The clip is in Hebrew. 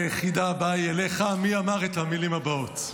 החידה הבאה היא אליך: מי אמר את המילים הבאות?